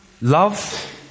love